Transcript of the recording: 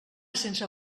sense